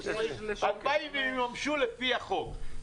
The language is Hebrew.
--- ימומשו לפי החוק.